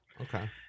Okay